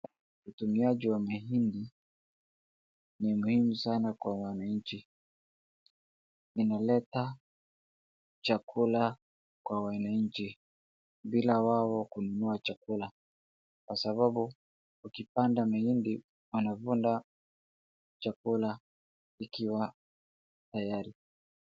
Utumiaji wa mahindi ni muhimu sana kwa wananchi, inaleta chakula kwa wananchi bila wao kununua chakula kwa sababu ukipanda mahindi unavuna chakula ikiwa tayari.